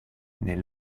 nel